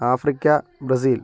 Africa Brazil